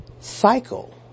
cycle